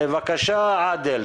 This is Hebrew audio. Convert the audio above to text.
בבקשה, עאדל.